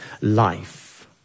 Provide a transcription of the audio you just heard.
life